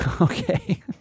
Okay